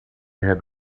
had